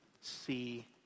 see